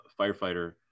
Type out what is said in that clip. firefighter